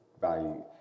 value